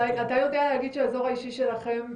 אתה יודע להגיד שהאזור האישי שלכם מונגש?